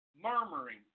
Murmuring